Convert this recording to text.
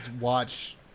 watch